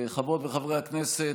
חברות וחברי הכנסת,